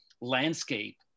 landscape